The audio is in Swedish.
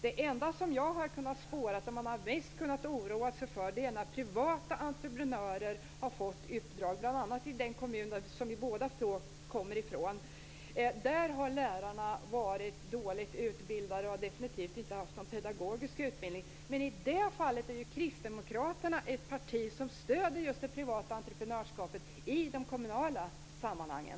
Det enda jag har hört är att man mest skall oroa sig för att privata entreprenörer har fått uppdraget, bl.a. i den kommun vi båda kommer från. Där har lärarna varit dåligt utbildade, och de har definitivt inte haft någon pedagogisk utbildning. I det fallet är Kristdemokraterna ett parti som stöder just det privata entreprenörskapet i de kommunala sammanhangen.